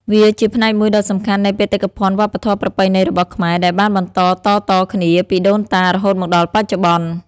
វាជាផ្នែកមួយដ៏សំខាន់នៃបេតិកភណ្ឌវប្បធម៌ប្រពៃណីរបស់ខ្មែរ ដែលបានបន្តតៗគ្នាពីដូនតារហូតមកដល់បច្ចុប្បន្ន។